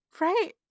Right